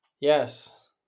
Yes